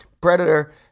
Predator